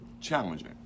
challenging